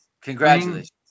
Congratulations